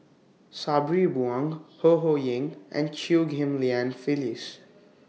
Sabri Buang Ho Ho Ying and Chew Ghim Lian Phyllis